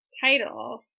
title